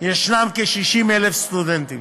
יש כ-60,000 סטודנטים